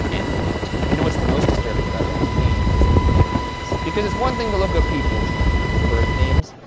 end quote. you know what's the most disturbing about that to me is the nicknames. because it's one thing to look up people's like birth names.